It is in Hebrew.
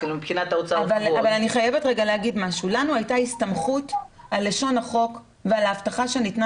לנו הייתה הסתמכות על לשון החוק ועל ההבטחה שניתנה